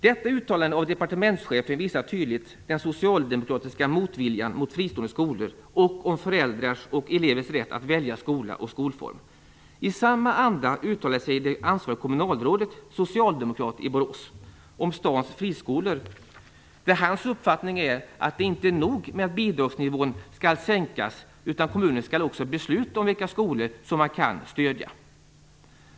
Detta uttalande av departemenstchefen visar tydligt den socialdemokratiska motviljan mot fristående skolor och föräldrars och elevers rätt att välja skola och skolform. I samma anda uttalade sig det ansvariga kommunalrådet, socialdemokrat, i Borås om stadens friskolor, där hans uppfattning är att det inte är nog med att bidragsnivån skall sänkas utan kommunen skall också besluta om vilka skolor som man skall stödja.